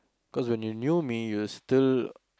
cause when you knew me you were still